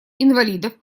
инвалидов